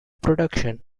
production